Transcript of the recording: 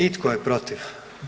I tko je protiv?